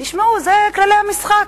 אלה כללי המשחק.